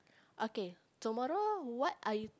okay tomorrow what are you